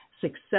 success